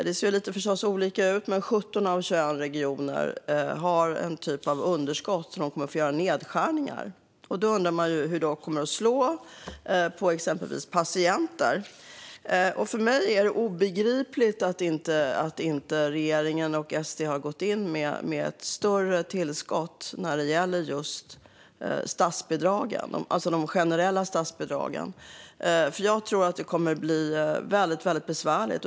Det ser förstås lite olika ut, men 17 av 21 regioner har en typ av underskott som gör att de kommer att få göra nedskärningar. Då undrar man ju hur dessa nedskärningar kommer att slå mot exempelvis patienter. För mig är det obegripligt att regeringen och SD inte har gått in med ett större tillskott när det gäller de generella statsbidragen. Jag tror att det kommer att bli väldigt besvärligt.